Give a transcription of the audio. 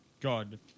God